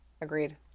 Agreed